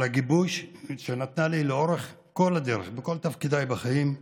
על הגיבוי שנתנה לי לאורך כל הדרך בכל תפקידיי בחיים,